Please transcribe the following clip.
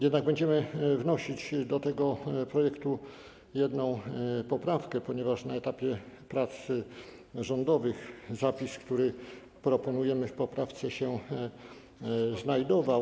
Jednak będziemy wnosić do tego projektu jedną poprawkę, ponieważ na etapie prac rządowych zapis, który proponujemy w poprawce, się w nim znajdował.